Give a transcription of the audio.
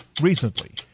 Recently